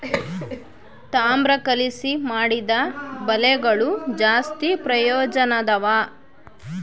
ತಾಮ್ರ ಕಲಿಸಿ ಮಾಡಿದ ಬಲೆಗಳು ಜಾಸ್ತಿ ಪ್ರಯೋಜನದವ